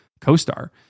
co-star